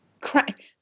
Crack